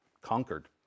conquered